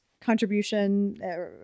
contribution